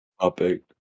Topic